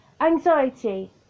Anxiety